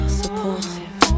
supportive